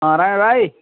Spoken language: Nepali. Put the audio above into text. राज भाई